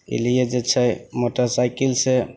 ई लिए जे छै मोटरसाइकिलसे